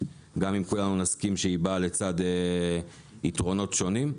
גם אם כולנו נסכים שהיא באה לצד יתרונות שונים.